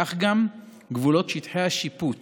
כך גם גבולות שטחי השיפוט